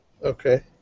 Okay